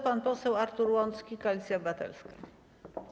Pan poseł Artur Łącki, Koalicja Obywatelska.